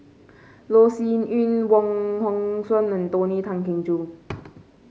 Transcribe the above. Loh Sin Yun Wong Hong Suen and Tony Tan Keng Joo